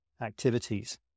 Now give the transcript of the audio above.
activities